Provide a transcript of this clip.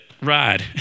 ride